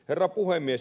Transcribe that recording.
herra puhemies